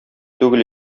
түгел